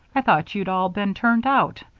i thought you'd all been turned out,